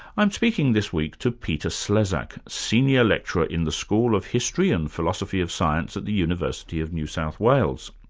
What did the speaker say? i'm speaking this week to peter slezak, senior lecturer in the school of history and philosophy of science at the university of new south wales.